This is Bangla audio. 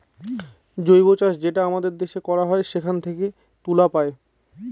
জৈব চাষ যেটা আমাদের দেশে করা হয় সেখান থেকে তুলা পায়